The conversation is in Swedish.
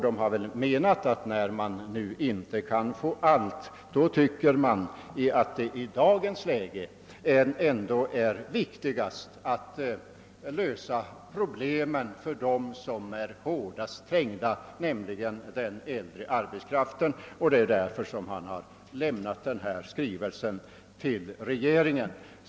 De har väl ansett att när man inte kan få allt är det i dagens läge viktigast att lösa problemen för dem som är hårdast trängda, nämligen den äldre arbetskraften, och därför har denna skrivelse lämnats till regeringen.